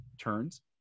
turns